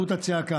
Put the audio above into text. הצעקה.